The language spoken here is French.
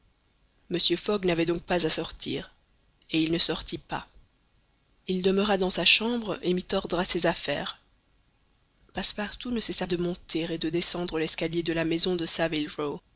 mr fogg n'avait donc pas à sortir et il ne sortit pas il demeura dans sa chambre et mit ordre à ses affaires passepartout ne cessa de monter et de descendre l'escalier de la maison de